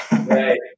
right